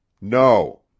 No